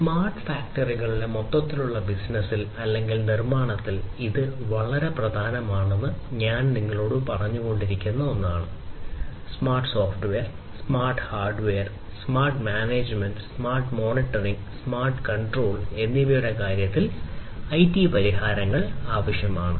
smart ഫാക്ടറികളുടെ മൊത്തത്തിലുള്ള ബിസിനസിൽ അല്ലെങ്കിൽ നിർമ്മാണത്തിൽ ഇത് വളരെ പ്രധാനമാണെന്ന് ഞാൻ നിങ്ങളോട് പറഞ്ഞുകൊണ്ടിരുന്ന ഒന്നാണ് smart software smart hardware smart management smart monitoring smart control പരിഹാരങ്ങൾ ആവശ്യമാണ്